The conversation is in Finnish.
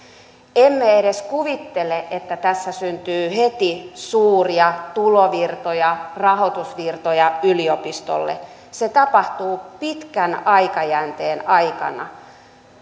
emme edes kuvittele että tässä syntyy heti suuria tulovirtoja rahoitusvirtoja yliopistolle se tapahtuu pitkän aikajänteen aikana